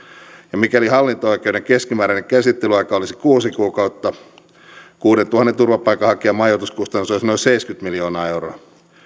ja mikäli hallinto oikeuden keskimääräinen käsittelyaika olisi kuusi kuukautta kuudentuhannen turvapaikanhakijan majoituskustannus olisi noin seitsemänkymmentä miljoonaa euroa